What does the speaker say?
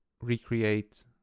recreate